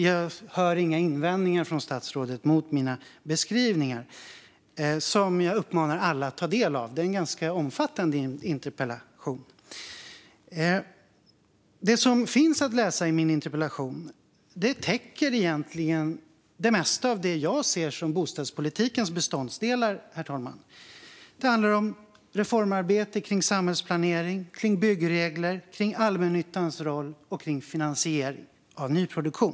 Jag hör inga invändningar från statsrådet mot mina beskrivningar, som jag uppmanar alla att ta del av. Detta är en ganska omfattande interpellation. Det som finns att läsa i min interpellation täcker egentligen det mesta av det jag ser som bostadspolitikens beståndsdelar, herr talman. Det handlar om reformarbete när det gäller samhällsplanering, byggregler, allmännyttans roll och finansiering av nyproduktion.